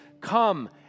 Come